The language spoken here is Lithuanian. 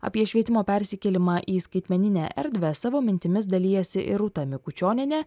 apie švietimo persikėlimą į skaitmeninę erdvę savo mintimis dalijasi ir rūta mikučionienė